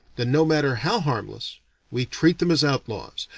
then no matter how harmless we treat them as outlaws,